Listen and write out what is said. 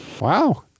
Wow